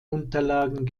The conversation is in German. unterlagen